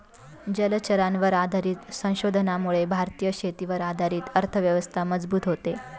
जलचरांवर आधारित संशोधनामुळे भारतीय शेतीवर आधारित अर्थव्यवस्था मजबूत होते